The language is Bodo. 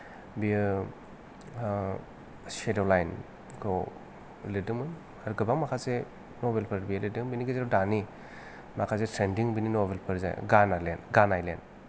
बियो सेद' लाइन खौ लिरदोंमोन आरो गोबां माखासे नबेलफोर बियो लिरदों बेनि गेजेराव दानि माखासे ट्रेन्दिं बेनि नबेलफोर जेरै गान आइलेण्ड गान आइलेण्ड